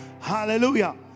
Hallelujah